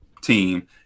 Team